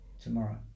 tomorrow